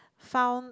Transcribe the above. found